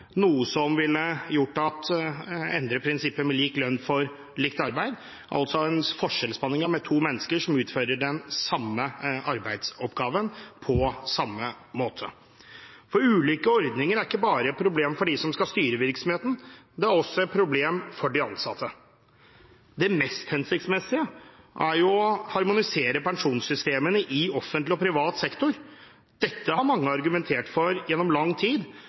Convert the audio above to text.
noe som ville gjort at man endret prinsippet om lik lønn for likt arbeid, altså en forskjellsbehandling av to mennesker som utfører den samme arbeidsoppgaven på samme måte. Ulike ordninger er ikke bare et problem for dem som skal styre virksomheten. Det er også et problem for de ansatte. Det mest hensiktsmessige er å harmonisere pensjonssystemene i offentlig og privat sektor. Dette har mange argumentert for gjennom lang tid,